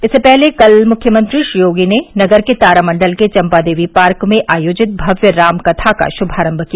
इससे पहले कल मुख्यमंत्री श्री योगी ने नगर के तारामण्डल के चम्पादेवी पार्क में आयोजित भव्य रामकथा का शुभारम्म किया